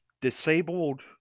disabled